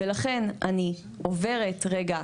ולכן אני עוברת רגע,